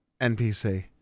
npc